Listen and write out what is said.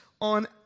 on